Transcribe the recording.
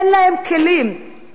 אין להם כלים, תודה רבה.